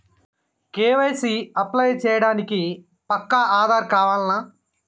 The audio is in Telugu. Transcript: కే.వై.సీ అప్లై చేయనీకి పక్కా ఆధార్ కావాల్నా?